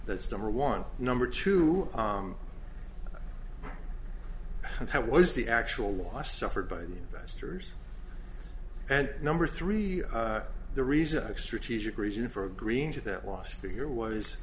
that's number one number two that was the actual loss suffered by the investors and number three the reason strategic reason for agreeing to that last figure was